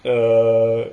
err